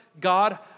God